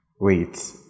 wait